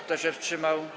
Kto się wstrzymał?